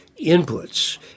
inputs